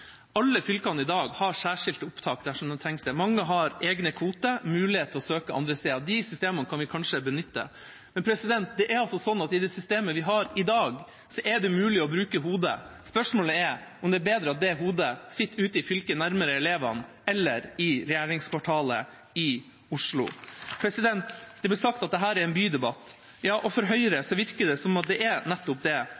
Alle fylkene har i dag særskilte opptak dersom det trengs. Mange har egne kvoter og muligheter til å søke andre steder, og de systemene kan vi kanskje benytte. Men i det systemet vi har i dag, er det mulig å bruke hodet. Spørsmålet er om det er bedre at det hodet sitter ute i fylket nærmere elevene enn i regjeringskvartalet i Oslo. Det ble sagt at dette er en bydebatt. Ja, for Høyre